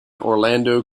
orlando